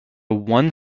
one